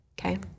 okay